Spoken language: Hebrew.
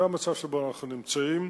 זה המצב שבו אנחנו נמצאים,